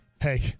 Hey